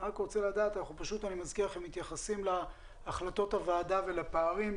אנחנו מתייחסים להחלטות הוועדה והפערים,